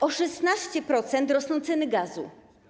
O 16% rosną ceny gazu.